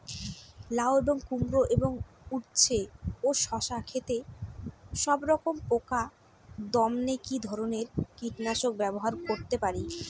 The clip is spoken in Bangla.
লাউ এবং কুমড়ো এবং উচ্ছে ও শসা ক্ষেতে সবরকম পোকা দমনে কী ধরনের কীটনাশক ব্যবহার করতে পারি?